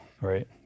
right